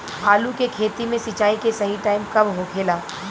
आलू के खेती मे सिंचाई के सही टाइम कब होखे ला?